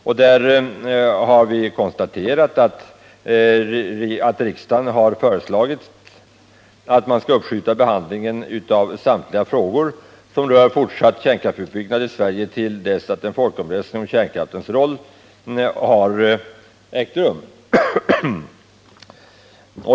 Vi har där konstaterat att riksdagen har föreslagits att uppskjuta behandlingen av samtliga frågor som rör fortsatt kärnkraftsutbyggnad i Sverige till dess att en folkomröstning om kärnkraftens roll har ägt rum.